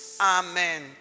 Amen